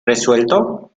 resuelto